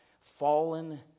fallen